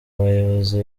bayobozi